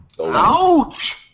Ouch